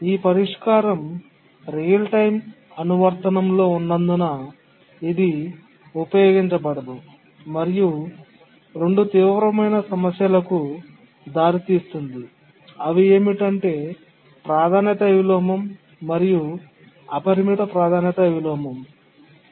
ఈ పరిష్కారం నిజ సమయ అనువర్తనం లో ఉన్నందున ఇది ఉపయోగించబడదు మరియు ఇది రెండు తీవ్రమైన సమస్యలకు దారితీస్తుంది అవి ఏమిటంటే ప్రాధాన్యత విలోమం మరియు అపరిమిత ప్రాధాన్యత విలోమం